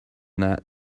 that